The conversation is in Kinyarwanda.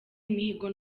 imihigo